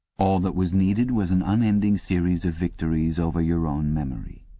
all that was needed was an unending series of victories over your own memory.